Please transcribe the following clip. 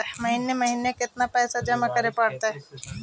महिने महिने केतना पैसा जमा करे पड़तै?